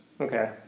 okay